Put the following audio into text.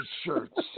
shirts